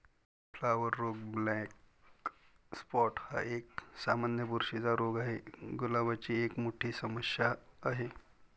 flower रोग black spot हा एक, सामान्य बुरशीचा रोग आहे, गुलाबाची एक मोठी समस्या आहे